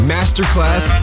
Masterclass